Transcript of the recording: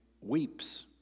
weeps